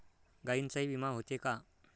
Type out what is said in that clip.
गायींचाही विमा होते का?